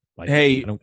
Hey